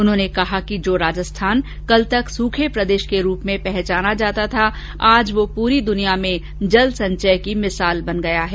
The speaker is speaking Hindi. उन्होंने कहा कि जो राजस्थान कल तक सूखे प्रदेश के रूप जानो जाता था आज वह पूरी दुनिया में जल संचय की मिसाल बन गया है